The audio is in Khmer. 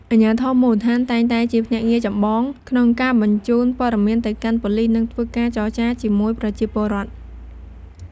អាជ្ញាធរមូលដ្ឋានតែងតែជាភ្នាក់ងារចម្បងក្នុងការបញ្ជូនព័តមានទៅកាន់ប៉ូលីស និងធ្វើការចរចាជាមួយប្រជាពលរដ្ឋ។